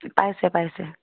পাইছে পাইছে